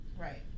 right